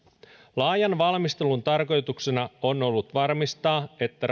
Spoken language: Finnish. laajan valmistelun tarkoituksena on ollut varmistaa että